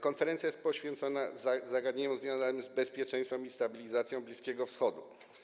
Konferencja jest poświęcona zagadnieniom związanym z bezpieczeństwem i stabilizacją Bliskiego Wschodu.